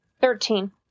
Thirteen